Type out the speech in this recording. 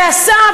ועשה,